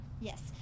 Yes